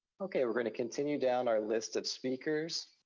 okay, we're gonna continue down our list of speakers.